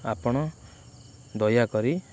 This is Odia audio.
ଆପଣ ଦୟାକରି